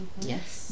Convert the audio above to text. Yes